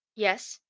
yes.